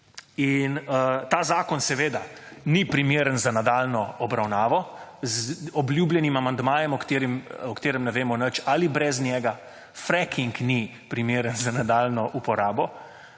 In ta zakon seveda ni primeren za nadaljnjo obravnavo z obljubljenim amandmajem o katerem ne vem nič ali brez njega, fracking ni primeren za nadaljnjo uporabo.